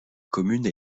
commune